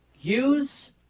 Use